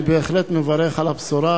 אני בהחלט מברך על הבשורה,